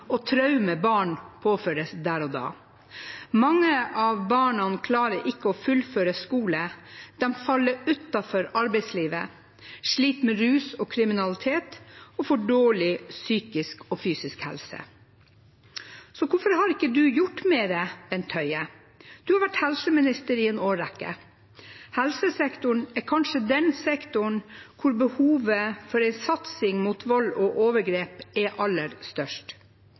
arbeidslivet, sliter med rus og kriminalitet og får dårlig psykisk og fysisk helse. Så hvorfor har du ikke gjort mer, Bent Høie? Du har vært helseminister i en årrekke. Helsesektoren er kanskje den sektoren hvor behovet for en satsing mot vold og overgrep er aller størst.